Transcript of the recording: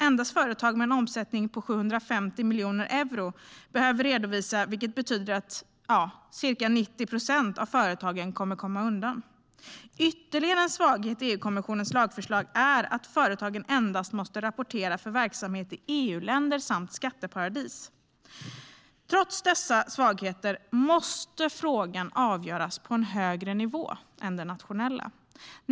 Endast företag med en omsättning på 750 miljoner euro behöver redovisa, vilket betyder att ca 90 procent av företagen kommer att komma undan. Ytterligare en svaghet i EU-kommissionens lagförslag är att företagen endast måste rapportera för verksamhet i EU-länder samt skatteparadis. Trots dessa svagheter måste frågan avgöras på en högre nivå än den nationella.